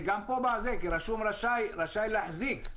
כתוב בסעיף שהוא רשאי להחזיק.